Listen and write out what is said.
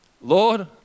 Lord